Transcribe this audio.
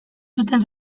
zuten